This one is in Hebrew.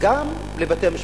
גם לבתי-המשפט.